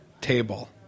table